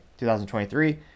2023